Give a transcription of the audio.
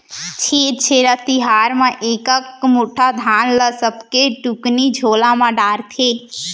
छेरछेरा तिहार म एकक मुठा धान ल सबके टुकनी झोला म डारथे